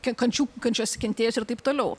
kiek kančių kančiose kentėjusi ir taip toliau